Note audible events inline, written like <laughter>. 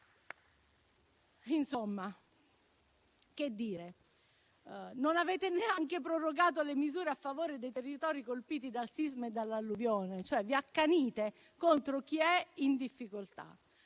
<applause> Non avete neanche prorogato le misure a favore dei territori colpiti dal sisma e dall'alluvione. Vi accanite, cioè, contro chi è in difficoltà,